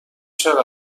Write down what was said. چقدر